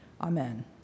amen